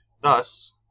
Thus